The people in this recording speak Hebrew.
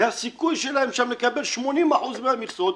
הסיכוי שלהם שם לקבל 80% מהמכסות,